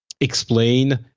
explain